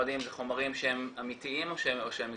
לא יודעים אם אלה חומרים שהם אמיתיים או שהם מזויפים,